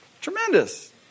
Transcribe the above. tremendous